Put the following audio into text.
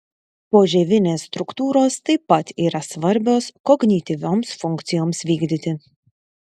požievinės struktūros taip pat yra svarbios kognityvioms funkcijoms vykdyti